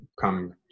come